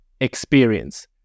experience